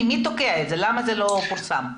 למה זה לא פורסם?